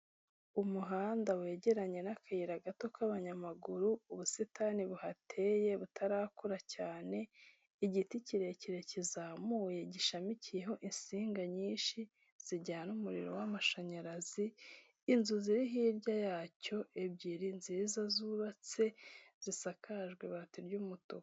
Umuhanda wegeranye n'akayira gato k'abanyamaguru, ubusitani buhateye butarakura cyane, igiti kirekire kizamuye gishamikiyeho insinga nyinshi zijyana umuriro w'amashanyarazi, inzu ziri hirya yacyo ebyiri nziza zubatse zisakajwe ibati ry' umutuku.